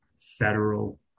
federal